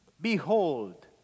Behold